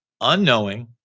Unknowing